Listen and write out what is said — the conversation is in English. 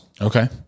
Okay